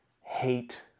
hate